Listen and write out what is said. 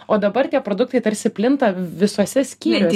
o dabar tie produktai tarsi plinta visuose skyriuose